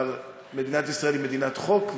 אבל מדינת ישראל היא מדינת חוק,